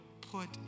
put